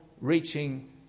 reaching